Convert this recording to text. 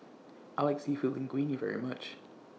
I like Seafood Linguine very much